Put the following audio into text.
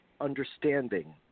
understanding